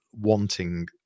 wanting